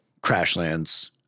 Crashlands